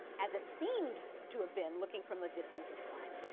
as it seemed to have been, looking from the distance of time.